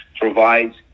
provides